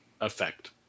effect